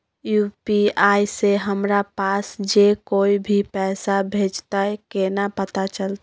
UPI से हमरा पास जे कोय भी पैसा भेजतय केना पता चलते?